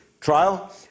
trial